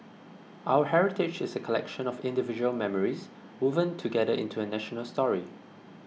our heritage is a collection of individual memories woven together into a national story